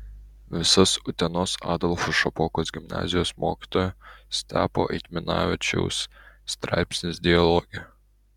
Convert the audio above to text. visas utenos adolfo šapokos gimnazijos mokytojo stepo eitminavičiaus straipsnis dialoge